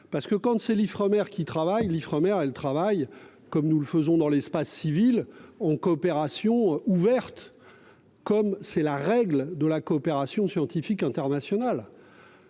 parce que quand c'est l'Ifremer qui travaille l'Ifremer. Elle travaille comme nous le faisons dans l'espace civil en coopération ouverte. Comme c'est la règle de la coopération scientifique internationale.